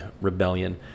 rebellion